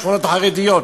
השכונות החרדיות.